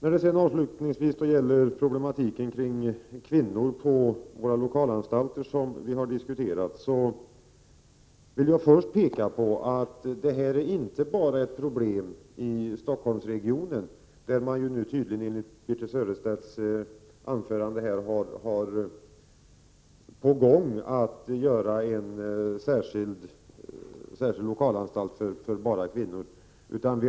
Beträffande problematiken med kvinnor på lokalanstalter, som har diskuterats, vill jag först peka på att det inte bara är ett problem i Stockholmsregionen, där man tydligen, enligt Birthe Sörestedts anförande, är på väg att inrätta en särskild lokalanstalt för bara kvinnor.